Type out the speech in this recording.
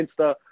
Insta